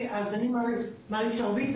אני מלי שרביט,